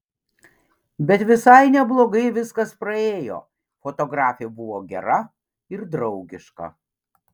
bet visai neblogai viskas praėjo fotografė buvo gera ir draugiška